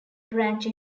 branch